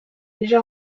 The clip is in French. déjà